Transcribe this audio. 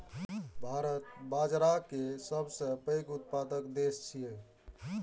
भारत बाजारा के सबसं पैघ उत्पादक देश छियै